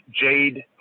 Jade